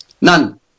None